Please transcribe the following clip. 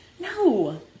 No